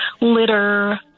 litter